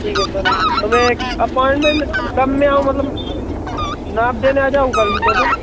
ठीक है सर तो मैं एक अपॉइनमेंट कब मैं आऊँ मतलब नाप देने आ जाऊँ कल मैं दोपहर